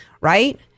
Right